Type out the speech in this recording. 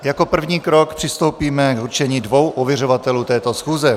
Jako první krok přistoupíme k určení dvou ověřovatelů této schůze.